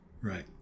right